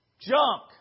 junk